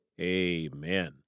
amen